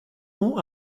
ont